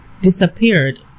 disappeared